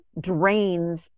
drains